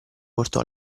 portò